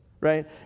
right